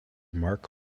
mark